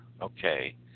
okay